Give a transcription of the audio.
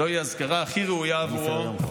זוהי האזכרה הכי ראויה עבורו.